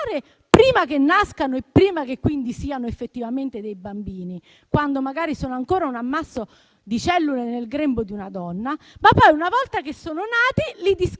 prima che nascano e prima che siano effettivamente dei bambini, quando magari sono ancora un ammasso di cellule nel grembo di una donna; ma poi, una volta che sono nati, li discriminate